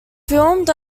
filmed